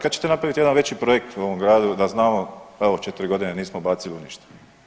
Kad ćete napravit jedan veći projekt u ovom gradu da znamo evo 4 godine nismo bacili ništa?